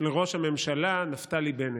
לראש הממשלה נפתלי בנט.